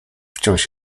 wciąż